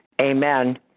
amen